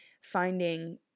finding